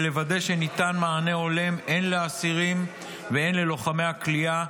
לוודא שניתן מענה הולם הן לאסירים והן ללוחמי הכליאה,